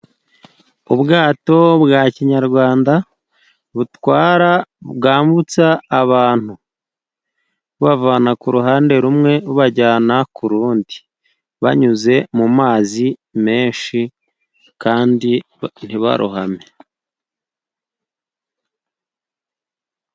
Ubwato bwa kinyarwanda butwara bwambutsa abantu bubavana ku ruhande rumwe rubajyana ku rundi banyuze mu mazi menshi kandi ntibarohame.